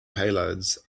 payloads